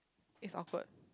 is awkward